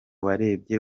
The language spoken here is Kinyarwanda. barebye